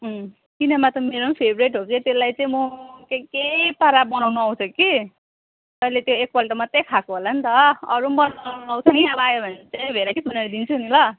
किनेमा त मेरो पनि फेभरेट हो कि त्यसलाई चाहिँ म के के पाराले बनाउँनु आउँछ कि तैले त्यो एकपल्ट मात्रै खाएको होला नि त अरू पनि बनाउँनु आउँछ नि अब अयो भने भेराइटी बनाइदिन्छु नि ल